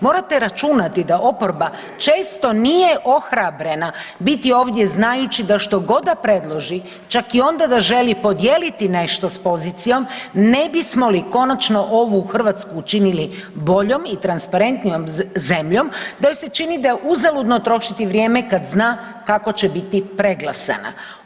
Morate računati da oporba često nije ohrabrena biti ovdje znajući da što god da predloži čak i onda da želi podijeliti nešto s pozicijom ne bismo li konačno ovu Hrvatsku učinili boljom i transparentnijom zemljom, da joj se čini da je uzaludno trošiti vrijeme kad zna kako će biti preglasana.